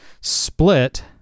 split